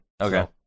Okay